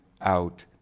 out